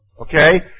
Okay